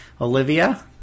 Olivia